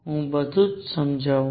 હું વધુ સમજાવું